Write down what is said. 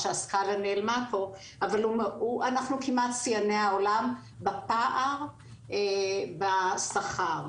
אנחנו כמעט שיאני העולם בפער בשכר.